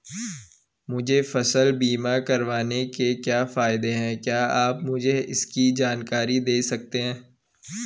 मुझे फसल बीमा करवाने के क्या फायदे हैं क्या आप मुझे इसकी जानकारी दें सकते हैं?